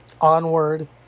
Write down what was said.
Onward